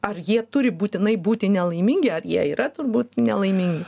ar jie turi būtinai būti nelaimingi ar jie yra turbūt nelaimingi